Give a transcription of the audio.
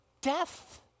Death